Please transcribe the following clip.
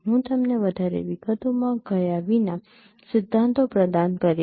હું તમને વધારે વિગતોમાં ગયા વિના સિદ્ધાંતો પ્રદાન કરીશ